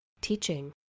teaching